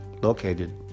located